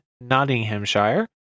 Nottinghamshire